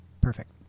perfect